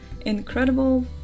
incredible